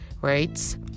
right